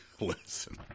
Listen